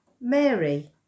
Mary